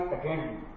again